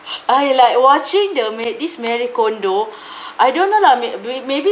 I like watching the marie this marie kondo I don't know lah may may maybe